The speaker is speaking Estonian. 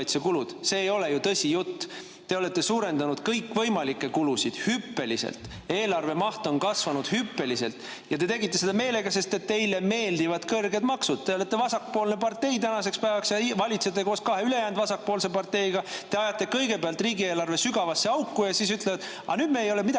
See ei ole tõsijutt. Te olete suurendanud kõikvõimalikke kulusid hüppeliselt, eelarve maht on kasvanud hüppeliselt. Te tegite seda meelega, sest teile meeldivad kõrged maksud. Te olete tänaseks päevaks vasakpoolne partei ja valitsete koos kahe ülejäänud vasakpoolse parteiga. Te ajate kõigepealt riigieelarve sügavasse auku ja siis ütlete: nüüd ei jää meil midagi